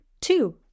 two